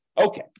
Okay